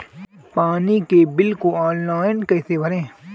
पानी के बिल को ऑनलाइन कैसे भरें?